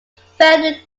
frederick